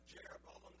Jeroboam